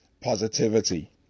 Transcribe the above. positivity